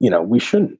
you know, we shouldn't